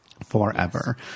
forever